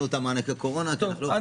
את מענקי הקורונה כי אנחנו לא יכולים.